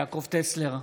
יעקב טסלר,